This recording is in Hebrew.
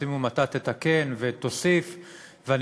המון הטעיה, המון הסתה.